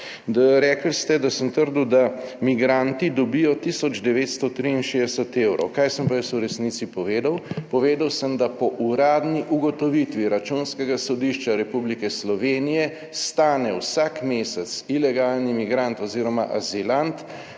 Rekli ste, da sem trdil, da migranti dobijo tisoč 963 evrov. Kaj sem pa jaz v resnici povedal? Povedal sem, da po uradni ugotovitvi Računskega sodišča Republike Slovenije stane vsak mesec ilegalni migrant oziroma azilant